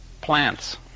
plants